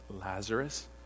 Lazarus